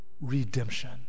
redemption